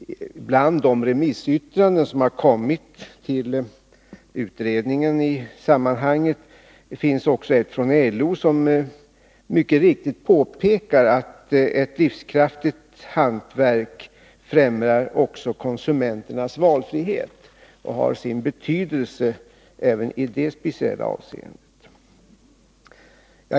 Bland de remissyttranden som kommit till utredningen i sammanhanget finns ett från LO, som mycket riktigt påpekar att ett livskraftigt hantverk främjar konsumenternas valfrihet och alltså har sin betydelse även i det speciella avseendet.